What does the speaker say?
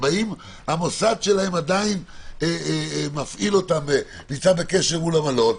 המוסד שלהם עדיין מפעיל אותם ונמצא בקשר מול המלון,